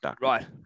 right